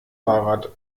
fahrrad